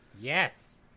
yes